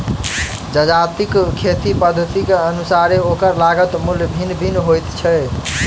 जजातिक खेती पद्धतिक अनुसारेँ ओकर लागत मूल्य भिन्न भिन्न होइत छै